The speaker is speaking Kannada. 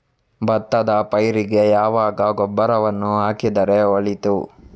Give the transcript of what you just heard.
ಭತ್ತದ ಪೈರಿಗೆ ಯಾವಾಗ ಗೊಬ್ಬರವನ್ನು ಹಾಕಿದರೆ ಒಳಿತು?